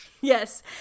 Yes